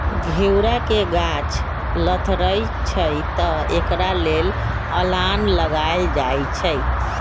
घिउरा के गाछ लथरइ छइ तऽ एकरा लेल अलांन लगायल जाई छै